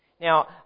Now